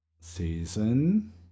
Season